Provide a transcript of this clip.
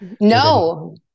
No